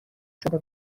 شده